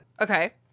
Okay